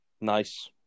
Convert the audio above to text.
Nice